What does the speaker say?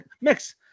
mix